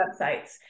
websites